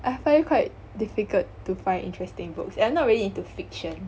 I find it quite difficult to find interesting books and I'm not really into fiction